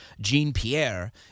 Jean-Pierre